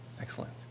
Excellent